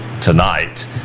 tonight